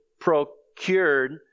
procured